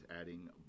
adding